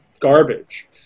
garbage